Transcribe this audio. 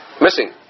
missing